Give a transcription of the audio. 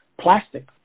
plastic